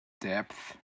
depth